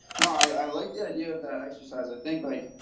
no, i like the idea that exercise or think like.